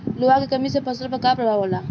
लोहा के कमी से फसल पर का प्रभाव होला?